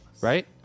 Right